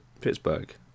Pittsburgh